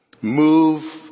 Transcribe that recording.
Move